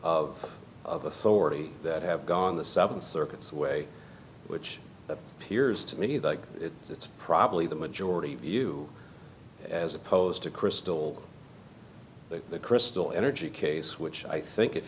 of authority that have gone the seven circuits way which appears to me that it's probably the majority view as opposed to crystal crystal energy case which i think if